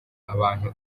abantu